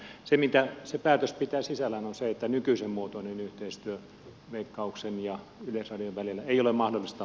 se mitä päätös pitää sisällään on se että nykyisen muotoinen yhteistyö veikkauksen ja yleisradion välillä ei ole mahdollista